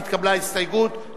נתקבלה הסתייגות,